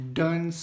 done